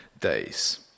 days